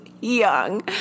young